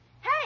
Hey